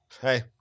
Hey